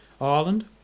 Ireland